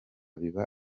biba